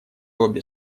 обе